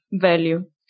value